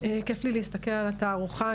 כיף לי להסתכל על התערוכה,